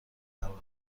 پرواز